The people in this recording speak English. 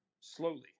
slowly